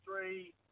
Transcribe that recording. three